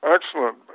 Excellent